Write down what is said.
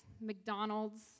McDonald's